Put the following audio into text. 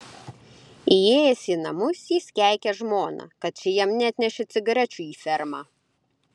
įėjęs į namus jis keikė žmoną kad ši jam neatnešė cigarečių į fermą